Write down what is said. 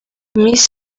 miss